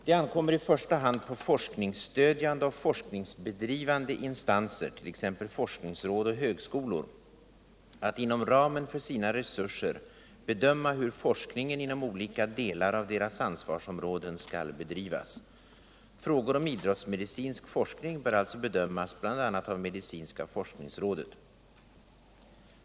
Det ankommer i första hand på forskningsstödjande och forskningsbedrivande instanser, t.ex. forskningsråd och högskolor, att inom ramen för sina resurser bedöma hur forskningen inom olika delar av deras ansvarsområden skall bedrivas. Frågor om idrottsmedicinsk forskning bör alltså bedömas bl.a. av medicinska forskningsrådet.